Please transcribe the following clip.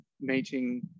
meeting